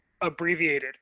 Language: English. abbreviated